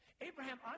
Abraham